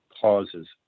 causes